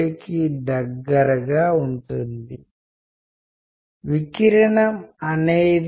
మీరు కోక్ తాగడం వల్ల మీ సామాజిక స్థితి ప్రభావితం అవుతుందా